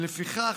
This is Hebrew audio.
ולפיכך,